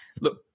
Look